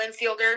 infielder